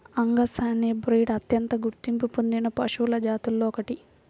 Angus అనే breed అత్యంత గుర్తింపు పొందిన పశువుల జాతులలో ఒకటి